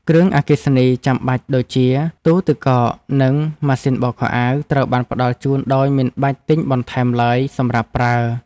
គ្រឿងអគ្គិសនីចាំបាច់ដូចជាទូទឹកកកនិងម៉ាស៊ីនបោកខោអាវត្រូវបានផ្តល់ជូនដោយមិនបាច់ទិញបន្ថែមឡើយសម្រាប់ប្រើ។